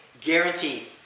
Guaranteed